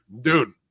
dude